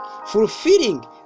fulfilling